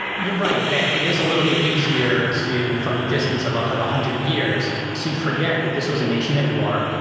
you're right that it is a little bit easier to from a distance of ah one hundred years to forget that this was a nation at war,